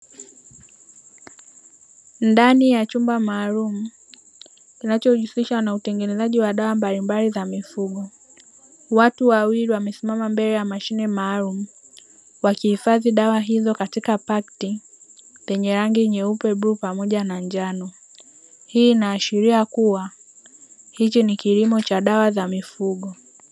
Ndani ya chumba maalumu kinachojihusisha na utengenezaji wa dawa mbalimbali za mifugo, watu wawili wamesimama mbele ya mashine maalumu wakihifadhi dawa hizo katika pakti zenye rangi nyeupe, bluu pamoja na njano, hii inaashiria kuwa hichi ni kilimo cha dawa za mifugo.